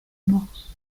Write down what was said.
morse